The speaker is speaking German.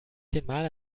zehnmal